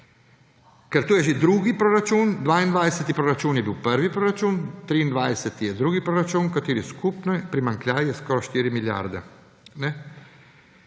Ker to je že drugi proračun, 2022 je bil prvi proračun, 2023 je drugi proračun, katerih skupni primanjkljaj je skoraj 4 milijarde.